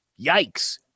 Yikes